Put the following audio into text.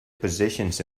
positions